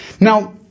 Now